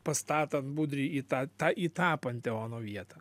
pastatant budrį į tą tą į tą panteono vietą